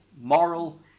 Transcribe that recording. moral